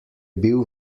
bil